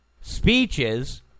speeches